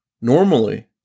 Normally